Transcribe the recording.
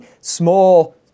small